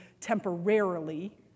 temporarily